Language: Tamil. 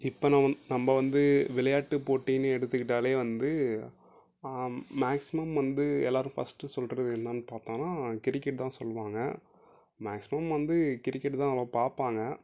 இப்போ நம்ம நம்ம வந்து விளையாட்டு போட்டினு எடுத்துக்கிட்டாலே வந்து மேக்சிமம் வந்து எல்லாரும் ஃபர்ஸ்ட்டு சொல்கிறது என்னன்னு பார்த்தோன்னா கிரிக்கெட் தான் சொல்வாங்க மேக்சிமம் வந்து கிரிக்கெட்டு தான் அவ்வளோவா பார்ப்பாங்க